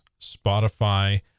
Spotify